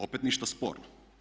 Opet ništa sporno.